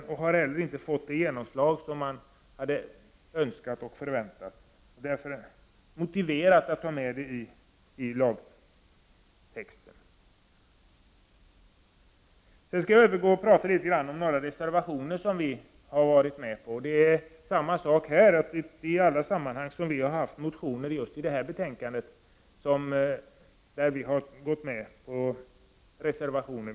Principen har heller inte fått det genomslag som man hade önskat och förväntat. Därför är det motiverat att ta med detta i lagtexten. Jag skall övergå till att tala om några reservationer som vi har ställt oss bakom. Här gäller också att vi inte i alla sammanhang har väckt motioner som behandlas i just detta betänkande.